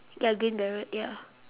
ya green beret ya